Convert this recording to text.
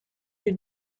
you